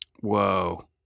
Whoa